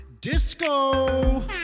Disco